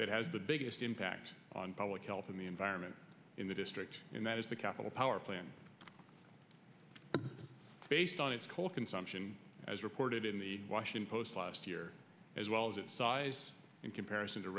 that has the biggest impact on public health and the environment in the district and that is the capital power plant based on its coal consumption as reported in the washington post last year as well as its size in comparison to